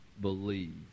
believe